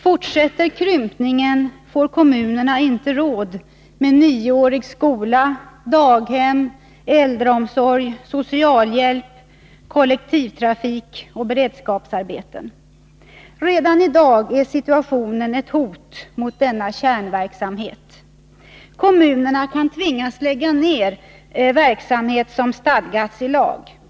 Fortsätter krympningen får kommunerna inte råd med nioårig skola, daghem, äldreomsorg, socialhjälp, kollektivtrafik och beredskapsarbeten. Redan i dag är situationen ett hot mot denna kärnverksamhet ——-—. Kommunerna kan tvingas lägga ner verksamhet som stadgats i lag.